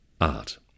art